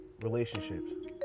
relationships